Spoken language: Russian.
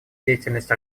деятельность